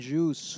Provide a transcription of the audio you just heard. Jews